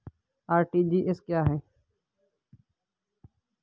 RTGS क्या है?